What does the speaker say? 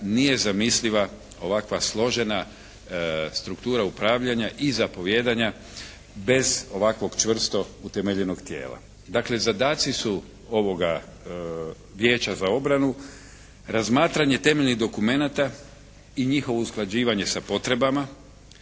nije zamisliva ovakva složena struktura upravljanja i zapovijedanja bez ovakvo čvrsto utemeljenog tijela. Dakle zadaci su ovoga Vijeća za obranu razmatranje temeljnih dokumenata i njihovo usklađivanje sa potrebama,